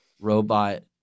Robot